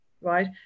right